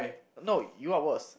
no you are worse